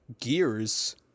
gears